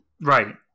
Right